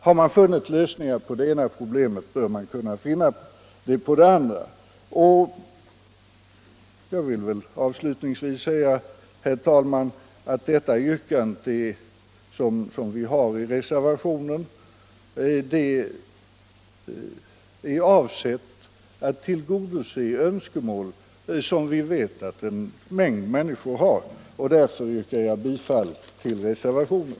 Har man funnit lösningar på det ena problemet bör man kunna finna det på det andra. Jag vill avslutningsvis säga, herr talman, att yrkandet i vår reservation är avsett att tillgodose önskemål som vi vet att en mängd människor har. Därför yrkar jag bifall till reservationen.